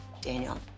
Daniel